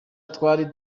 twari